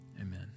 Amen